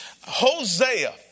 Hosea